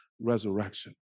resurrection